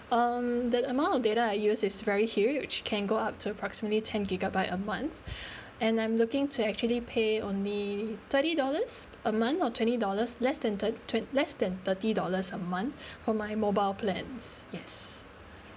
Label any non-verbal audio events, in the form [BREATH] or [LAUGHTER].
um the amount of data I used is very huge can go up to approximately ten gigabyte a month [BREATH] and I'm looking to actually pay only thirty dollars a month or twenty dollars less than thir~ twen~ less than thirty dollars a month [BREATH] for my mobile plans yes [BREATH]